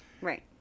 Right